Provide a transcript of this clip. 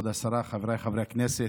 חבריי חברי הכנסת,